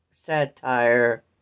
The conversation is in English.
satire